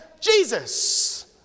Jesus